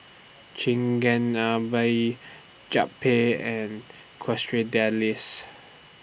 Chigenabe Japchae and Quesadillas